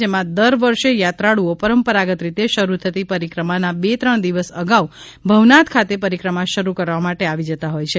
જેમાં દર વર્ષે યાત્રાળુઓ પરંપરાગત રીતે શરૂ થતી પરિક્રમાના બે ત્રણ દિવસ અગાઉ ભવનાથ ખાતે પરિક્રમા શરૂ કરવા માટે આવી જતા હોય છે